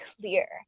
clear